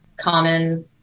common